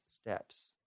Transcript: steps